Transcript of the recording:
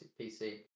PC